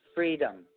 freedom